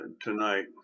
tonight